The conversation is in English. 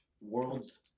world's